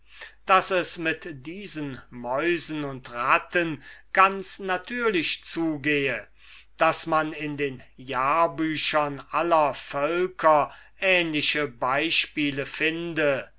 daß es mit diesen mäusen und ratten ganz natürlich zugehe daß man in den jahrbüchern aller völker ähnliche beispiele finde